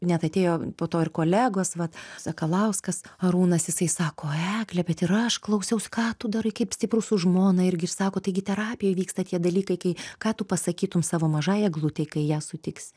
net atėjo po to ir kolegos vat sakalauskas arūnas jisai sako egle bet ir aš klausiaus ką tu darai kaip stipru su žmona irgi ir sako taigi terapijoj vyksta tie dalykai ką tu pasakytum savo mažąjai eglutei kai ją sutiksi